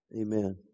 Amen